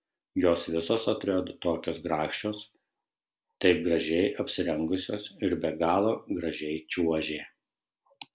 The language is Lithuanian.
jos visos atrodė tokios grakščios taip gražiai apsirengusios ir be galo gražiai čiuožė